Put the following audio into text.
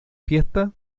fiesta